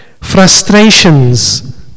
Frustrations